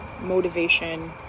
motivation